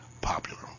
popular